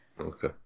Okay